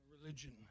religion